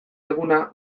eguna